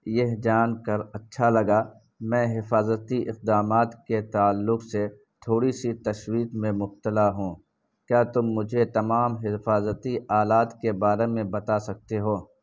یہ جان کر اچھا لگا میں حفاظتی اقدامات کے تعلق سے تھوڑی سی تشویش میں مبتلا ہوں کیا تم مجھے تمام حفاظتی آلات کے بارے میں بتا سکتے ہو